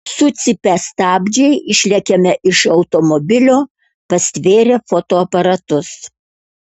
sucypia stabdžiai išlekiame iš automobilio pastvėrę fotoaparatus